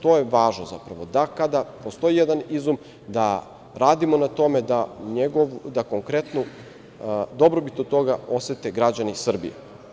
To je važno, da kada postoji jedan izum, da radimo na tome da konkretnu dobrobit od toga osete građani Srbije.